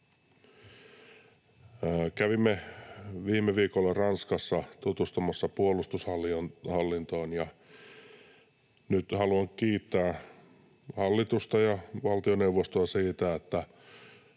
Kävimme viime viikolla Ranskassa tutustumassa puolustushallintoon, ja nyt haluan kiittää hallitusta ja valtioneuvostoa siitä, että